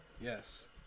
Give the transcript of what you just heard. Yes